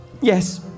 Yes